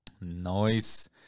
Nice